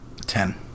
Ten